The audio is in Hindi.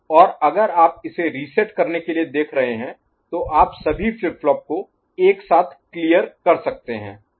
और अगर आप इसे रीसेट करने के लिए देख रहे हैं तो आप सभी फ्लिप फ्लॉप को एक साथ क्लियर कर सकते हैं